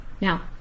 Now